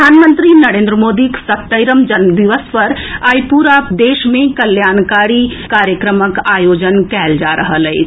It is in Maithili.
प्रधानमंत्री नरेन्द्र मोदीक सत्तरिम जन्मदिवस पर आई पूरा देश मे कल्याणकारी कार्यक्रमक आयोजन कयल जा रहल अछि